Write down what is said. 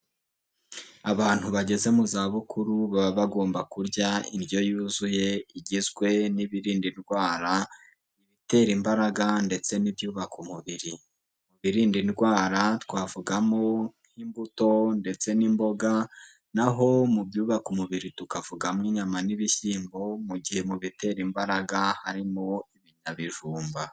Abantu bageze mu zabukuru, baba bagomba kurya indyo yuzuye igizwe n'ibirinda indwara, ibitera imbaraga, ndetse n'ibyubaka umubiri. Mu birinda indwara twavugamo nk'imbuto ndetse n'imboga, naho mu byubaka umubiri tukavugamo inyama n'ibishyimbo, mu gihe mu bitera imbaraga harimo ibijumba.